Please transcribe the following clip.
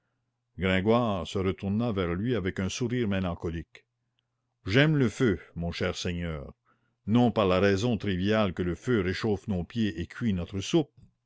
gringoire se retourna vers lui avec un sourire mélancolique j'aime le feu mon cher seigneur non par la raison triviale que le feu réchauffe nos pieds ou cuit notre soupe